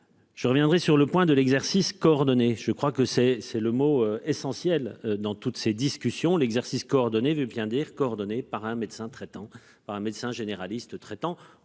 Je reviendrai sur le point de l'exercice coordonné. Je crois que c'est, c'est le mot essentiel dans toutes ces discussions, l'exercice coordonné veut bien dire coordonnée par un médecin traitant, par un médecin généraliste traitant